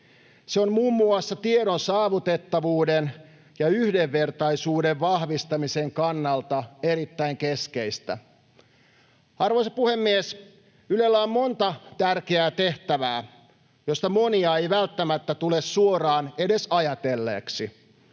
Se on muun muassa tiedon saavutettavuuden ja yhdenvertaisuuden vahvistamisen kannalta erittäin keskeistä. Arvoisa puhemies! Ylellä on monta tärkeää tehtävää, joista monia ei välttämättä tule suoraan edes ajatelleeksi.